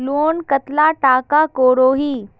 Loan कतला टाका करोही?